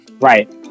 Right